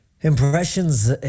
impressions